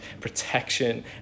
protection